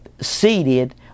seated